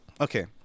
okay